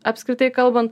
apskritai kalbant